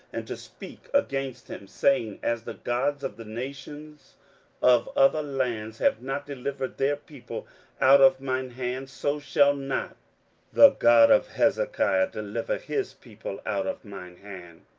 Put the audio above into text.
and to speak against him, saying, as the gods of the nations of other lands have not delivered their people out of mine hand, so shall not the god of hezekiah deliver his people out of mine hand.